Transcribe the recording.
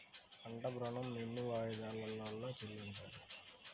పంట ఋణం ఎన్ని వాయిదాలలో చెల్లించాలి?